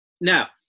Now